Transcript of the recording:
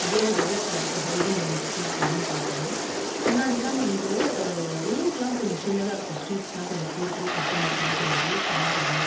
இதெல்லாம் டெவலப் ஆகிருக்கு ஹவுஸிங் யூனிட்ஸெல்லாம் அப்படின் பார்த்தா முன்னாடியெல்லாம் வந்து ரோடெல்லாம் கொஞ்சம் சின்னதாக இருக்கும் ஸ்ட்ரீட்ஸெல்லாம் கொஞ்சம் போகிறதுக்கே கஷ்டமாக இருக்கும் இப்போ நிறைய கார்ஸ்ஸு